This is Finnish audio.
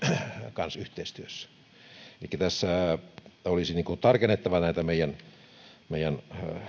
kanssa yhteistyössä elikkä tässä olisi tarkennettava näitä meidän meidän